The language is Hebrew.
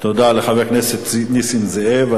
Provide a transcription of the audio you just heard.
תודה לחבר הכנסת נסים זאב.